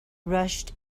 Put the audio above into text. rushed